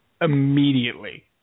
immediately